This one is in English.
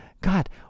God